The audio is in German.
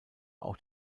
auch